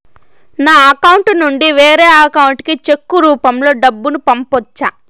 నా అకౌంట్ నుండి వేరే అకౌంట్ కి చెక్కు రూపం లో డబ్బును పంపొచ్చా?